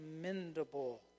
commendable